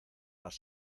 las